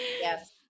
Yes